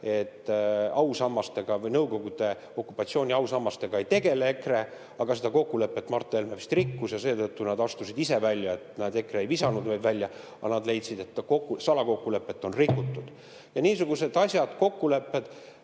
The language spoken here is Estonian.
kokkulepe, et Nõukogude okupatsiooni ausammastega EKRE ei tegele, aga seda kokkulepet Mart Helme vist rikkus ja seetõttu nad astusid ise välja, EKRE ei visanud neid välja. Nad leidsid, et salakokkulepet on rikutud. Ja niisugused asjad, kokkulepped,